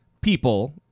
people